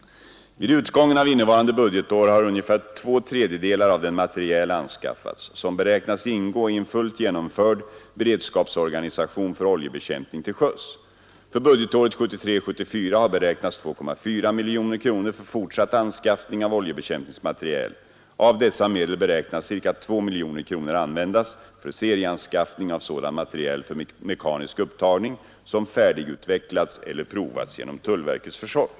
Vid utgången av innevarande budgetår har ungefär två tredjedelar av den materiel anskaffats som beräknas ingå i en fullt genomförd beredskapsorganisation för oljebekämpning till sjöss. För budgetåret 1973/74 har beräknats 2,4 miljoner kronor till fortsatt anskaffning av oljebekämpningsmateriel. Av dessa medel beräknas ca 2 miljoner kronor användas för serieanskaffning av sådan materiel för mekanisk upptagning som färdigutvecklats eller provats genom tullverkets försorg.